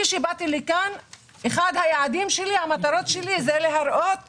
כשבאתי לכאן אחד היעדים שלי היה להראות שאנחנו,